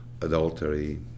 adultery